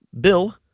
Bill